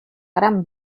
gran